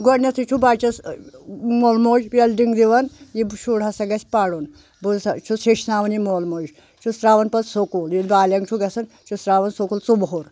گۄڈنٮ۪تٕھے چھُ بَچَس مول موج ویلڈِنٛگ دِوان یہِ شُر ہسا گژھِ پَران بوٗزتھاہ چھُس ہیٚچھناوان یہِ مول موج چھُس ترٛاوان پتہٕ سکوٗل یَیلہِ بالینگ چھُ گژھان چھُس ترٛاوان سکوٗل ژُ وُہُر